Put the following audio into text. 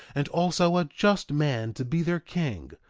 and also a just man to be their king,